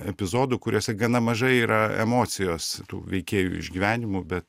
epizodų kuriuose gana mažai yra emocijos tų veikėjų išgyvenimų bet